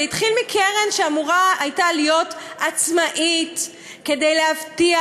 זה התחיל מקרן שאמורה הייתה להיות עצמאית כדי להבטיח